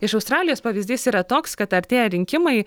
iš australijos pavyzdys yra toks kad artėja rinkimai